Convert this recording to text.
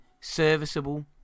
serviceable